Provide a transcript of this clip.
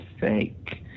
fake